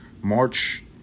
March